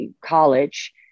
college